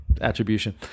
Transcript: attribution